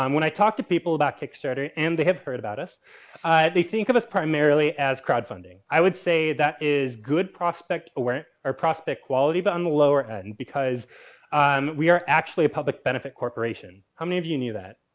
um when i talk to people about kickstarter and they have heard about us they think of us primarily as crowdfunding. i would say that is good prospect awareness or prospect quality, but on the lower end. because um we are actually a public benefit corporation. how many of you knew that?